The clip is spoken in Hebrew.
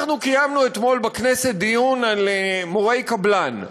אנחנו קיימנו אתמול בכנסת דיון על מורי קבלן.